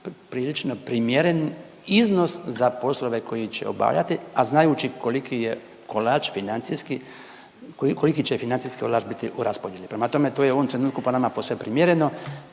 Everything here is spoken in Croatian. prilično primjeren iznos za poslove koji će obavljati, a znajući koliki je kolač financijski, koliki će financijski kolač biti u raspodjeli. Prema tome, to je u ovom trenutku po nama posve primjereno.